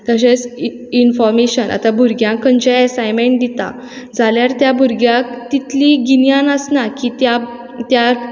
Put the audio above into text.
तशेंच इ इन्फॉर्मेशन आतां भुरग्याक खंयचे एसायनमँट दितात जाल्यार त्या भुरग्यांक तितली गिन्यान आसना की त्या त्या